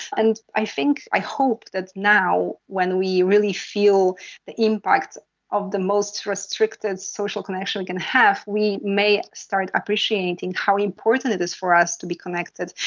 and i think, i hope that now when we really feel the impact of the most restricted social connection we can have, we may start appreciating how important it is for us to be connected.